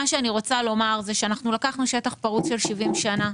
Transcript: מה שאני רוצה לומר זה שאנחנו לקחנו שטח פרוץ של 70 שנה,